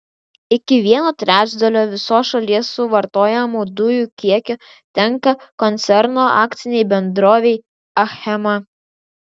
iki vieno trečdalio viso šalies suvartojamų dujų kiekio tenka koncerno akcinei bendrovei achema